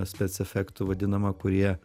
spec efektų vadinama kurie